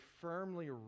firmly